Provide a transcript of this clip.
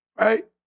Right